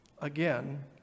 Again